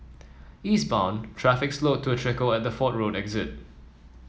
eastbound traffic slowed to a trickle at the Fort Road exit